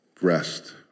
Rest